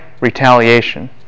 retaliation